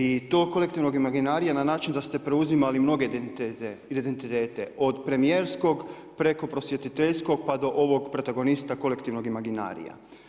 i to kolektivnog imaginarija na način da ste preuzimali mnoge identitete od premijerskog preko prosvjetiteljskog, pa do ovog protagonista kolektivnog imaginarija.